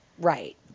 Right